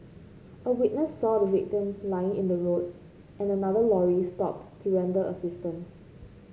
a witness saw the victim lying in the road and another lorry stopped to render assistance